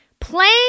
Playing